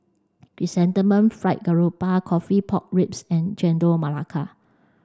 fried garoupa coffee pork ribs and chendol melaka